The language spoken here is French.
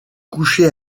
couché